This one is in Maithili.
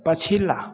पछिला